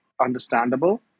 understandable